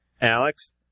Alex